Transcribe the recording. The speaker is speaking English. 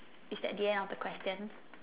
is that the end of the question